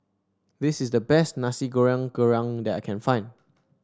this is the best Nasi Goreng Kerang that I can find